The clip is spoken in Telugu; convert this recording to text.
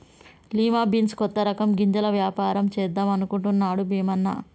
లిమా బీన్స్ కొత్త రకం గింజల వ్యాపారం చేద్దాం అనుకుంటున్నాడు భీమన్న